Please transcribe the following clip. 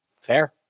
Fair